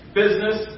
business